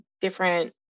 different